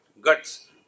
guts